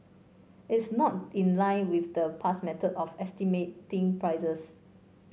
it's not in line with the past method of estimating prices